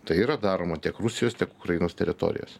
tai yra daroma tiek rusijos tiek ukrainos teritorijose